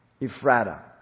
Ephrata